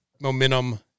momentum